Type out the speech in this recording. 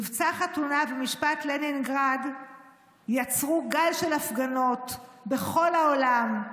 מבצע חתונה ומשפט לנינגרד יצרו גל של הפגנות בכל העולם,